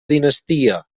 dinastia